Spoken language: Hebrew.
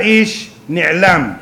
האיש נעלם.